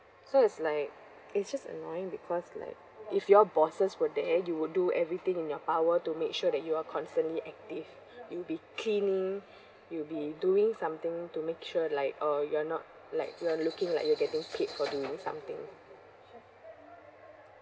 so it's like it's just annoying because like if your bosses were there you would do everything in your power to make sure that you are constantly active you'd be cleaning you'd be doing something to make sure like uh you are not like you're looking like you getting paid for doing something